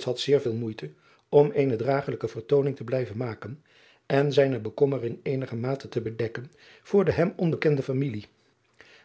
had zeer veel moeite om eene dragelijke vertooning te blijven maken en zijne bekommering eenigermate te bedekken voor de hem onbekende familie